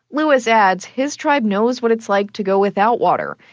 lewis added his tribe knows what it's like to go without water.